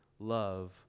Love